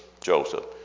Joseph